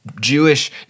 Jewish